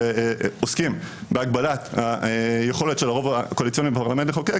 שעוסקים בהגבלת היכולת של הרוב הקואליציוני בפרלמנט לחוקק.